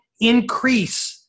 increase